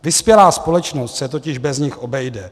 Vyspělá společnost se totiž bez nich obejde.